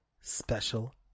special